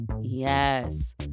yes